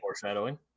foreshadowing